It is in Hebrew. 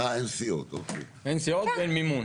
אין סיעות ואין מימון.